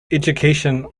education